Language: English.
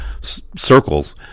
circles